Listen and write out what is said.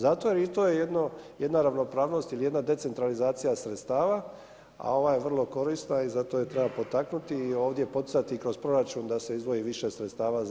Zato jer i to je jedna ravnopravnost ili jedna decentralizacija sredstava a ova je vrlo korisna i zato je treba potaknuti i ovdje poticati i kroz proračun da se izdvoji više sredstava za ovu namjnu.